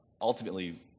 ultimately